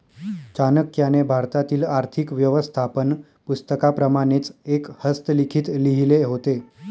चाणक्याने भारतातील आर्थिक व्यवस्थापन पुस्तकाप्रमाणेच एक हस्तलिखित लिहिले होते